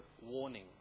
warning